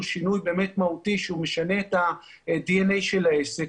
שינוי מהותי שמשנה את ה-DNA של העסק,